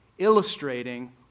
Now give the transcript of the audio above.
illustrating